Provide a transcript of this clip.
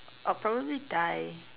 I'll probably die